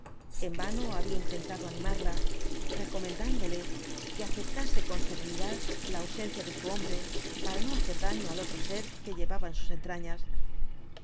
en vano había intentado animarla recomendándole que aceptase con serenidad la ausencia de los cuatro jinbtbs dbl apocalipsis su hombre para no hacer daño al otro ser que llevaba en sus entrañas